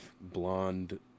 blonde